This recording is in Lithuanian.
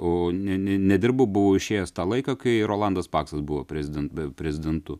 o ne ne nedirbau buvau išėjęs tą laiką kai rolandas paksas buvo preziden prezidentu